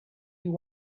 you